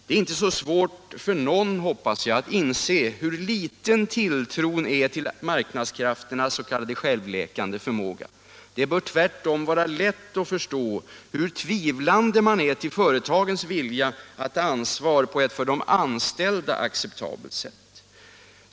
Det är inte så svårt för någon, hoppas jag, att inse hur liten tilltron är till marknadskrafternas s.k. självläkande förmåga. Det bör tvärtom vara lätt att förstå hur tvivlande man är till företagens vilja att ta ansvar på ett för de anställda acceptabelt sätt.